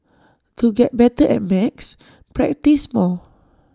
to get better at maths practise more